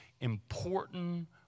important